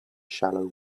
shallow